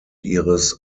ihres